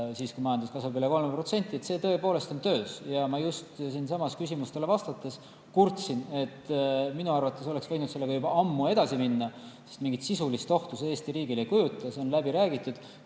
siis, kui majandus kasvab üle 3%. See tõepoolest on töös. Ja ma just siinsamas küsimustele vastates kurtsin, et minu arvates oleks võinud sellega juba ammu edasi minna, sest mingit sisulist ohtu see Eesti riigile ei kujuta. See on läbi räägitud